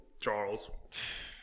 Charles